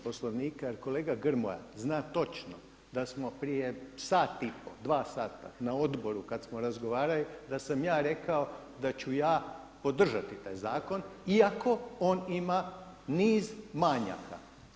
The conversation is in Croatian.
Poslovnika jer kolega Grmoja zna točno da smo prije sat i pol, 2 sata na odboru kada smo razgovarali da sam ja rekao da ću ja podržati taj zakon iako on ima niz manjaka.